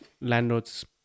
landlords